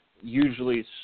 Usually